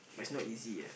but it's not easy ah